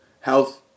health